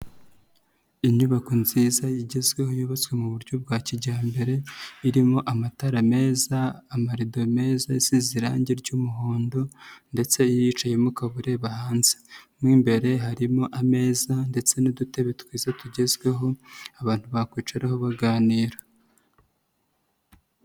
Inyubako nziza igezweho yubatswe mu buryo bwa kijyambere irimo amatara meza, amarido meza asize irangi ry'umuhondo ndetse iyo uyicayemo ukaba ureba hanze, mo imbere harimo ameza ndetse n'udutebe twiza tugezweho abantu bakwicaraho baganira.